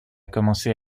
commencé